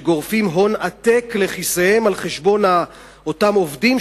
שגורפים הון עתק לכיסיהם על חשבון אותם עובדים,